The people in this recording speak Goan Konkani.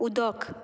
उदोक